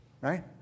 right